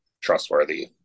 trustworthy